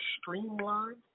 streamlined